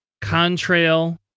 Contrail